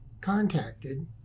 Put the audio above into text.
contacted